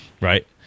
Right